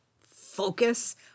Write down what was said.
focus